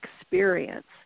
experience